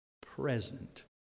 present